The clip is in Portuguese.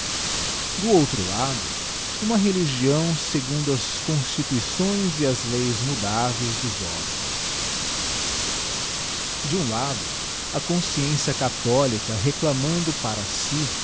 do outro lado uma religião fiegundo as constituições e as leis mudáveis dos homens digiti zedby google de um lado a consciência catbolica reclamando para si